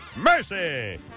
Mercy